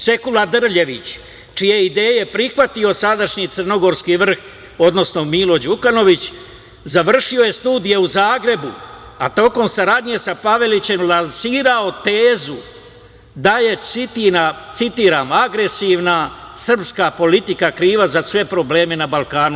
Sekula Drljević, čije ideje je prihvatio sadašnji crnogorski vrh, odnosno Milo Đukanović, završio je studije u Zagrebu, a tokom saradnje sa Pavelićem, lansirao tezu da je, citiram - agresivna srpska politika kriva za sve probleme na Balkanu.